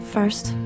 First